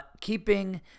keeping